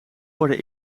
worden